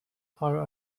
are